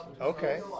Okay